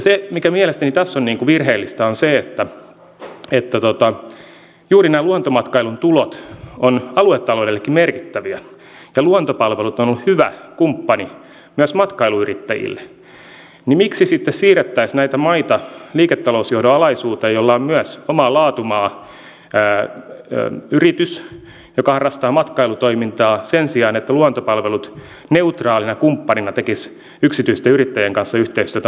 se mikä mielestäni tässä on virheellistä on se että juuri nämä luontomatkailun tulot ovat aluetaloudellekin merkittäviä ja kun luontopalvelut on ollut hyvä kumppani myös matkailuyrittäjille niin miksi sitten siirrettäisiin näitä maita liiketalousjohdon alaisuuteen jolla on myös oma laatumaa yritys joka harrastaa matkailutoimintaa sen sijaan että luontopalvelut neutraalina kumppanina tekisi yksityisten yrittäjien kanssa yhteistyötä matkailupalvelujen kehittämisessä